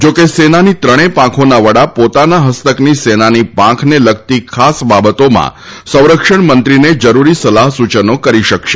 જો કે સેનાની ત્રણેય પાંખોના વડા પોતાના હસ્તકની સેનાની પાંખને લગતી ખાસ બાબતોમાં સંરક્ષણ મંત્રીને જરૂરી સલાહ સૂચનો કરી શકશે